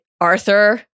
Arthur